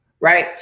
right